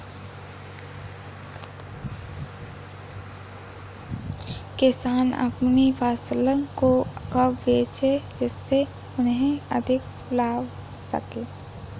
किसान अपनी फसल को कब बेचे जिसे उन्हें अधिक लाभ हो सके?